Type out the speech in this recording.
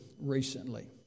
recently